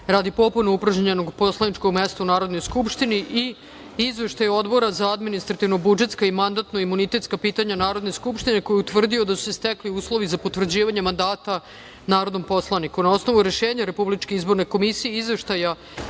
radi popune upražnjenog poslaničkog mesta u Narodnoj skupštini i Izveštaj Odbora za administrativno-budžetska i mandatno-imunitetska pitanja Narodne skupštine koji je utvrdio da su se stekli uslovi za potvrđivanje mandata narodnom poslaniku. Na osnovu Rešenja RIK, Izveštaja